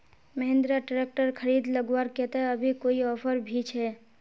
Mahindra tractor खरीद लगवार केते अभी कोई ऑफर भी छे?